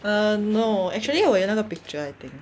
err no actually 我有那个 picture I think